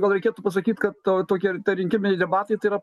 gal reikėtų pasakyt kad tokie tie rinkiminiai debatai tai yra